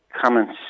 comments